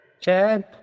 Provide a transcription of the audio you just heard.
chad